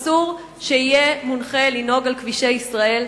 אסור שיהיה מונחה לנהוג על כבישי ישראל,